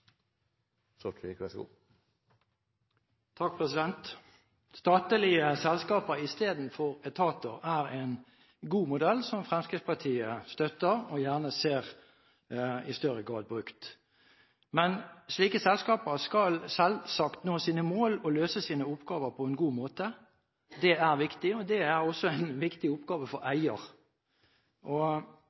en god modell, som Fremskrittspartiet støtter og gjerne ser brukt i større grad. Men slike selskaper skal selvsagt nå sine mål og løse sine oppgaver på en god måte. Det er viktig, og det er også en viktig oppgave for eier. Det er mye godt å si om Avinor-modellen og